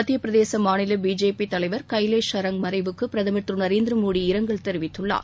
மத்தியப்பிரதேச மாநில பிஜேபி தலைவர் கைலேஷ் சரங் மறைவுக்கு பிரதமர் திரு நரேந்திர மோடி இரங்கல் தெரிவித்துள்ளார்